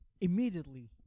immediately